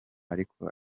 ariko